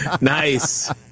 Nice